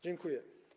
Dziękuję.